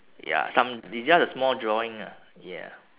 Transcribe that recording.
ya some it's just a small drawing ah ya